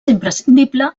imprescindible